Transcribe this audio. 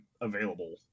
available